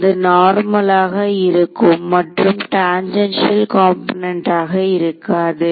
அது நார்மலாக இருக்கும் மற்றும் டாஞ்சென்ஷியல் காம்போனென்ட் ஆக இருக்காது